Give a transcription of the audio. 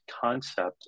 concept